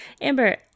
Amber